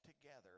together